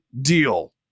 deal